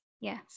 Yes